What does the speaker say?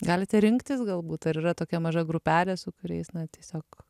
galite rinktis galbūt ar yra tokia maža grupelė su kuriais na tiesiog